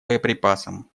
боеприпасам